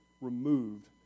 removed